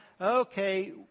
okay